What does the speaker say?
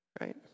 right